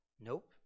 Nope